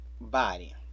body